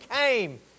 came